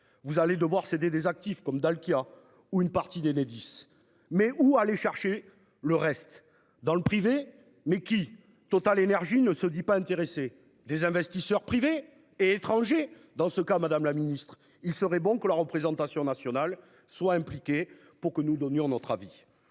vous allez devoir céder des actifs comme Dalkia ou une partie d'Enedis mais où aller chercher le reste dans le privé mais qui Total énergies ne se dit pas intéresser les investisseurs privés et étrangers dans ce cas. Madame la ministre, il serait bon que la représentation nationale soit impliqué pour que nous donnions notre avis